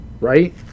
right